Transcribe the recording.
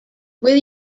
will